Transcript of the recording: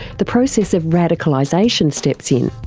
the process of radicalisation steps in.